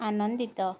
ଆନନ୍ଦିତ